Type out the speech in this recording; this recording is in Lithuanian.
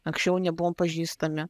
anksčiau nebuvom pažįstami